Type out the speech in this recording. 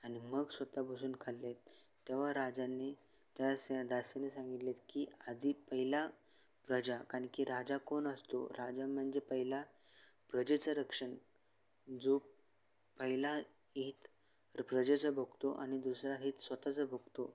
आणि मग स्वत बसून खाल्लेत तेव्हा राजांनी त्या दासीने सांगितलेत की आधी पहिला प्रजा कारण की राजा कोण असतो राजा म्हणजे पहिला प्रजेचं रक्षण जो पहिला हित प्रजेचं बघतो आणि दुसरा हित स्वत चं बघतो